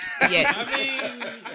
Yes